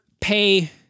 pay